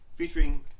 featuring